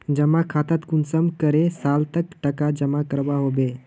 जमा खातात कुंसम करे साल तक टका जमा करवा होबे?